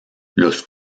los